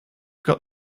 got